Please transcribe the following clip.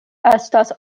estas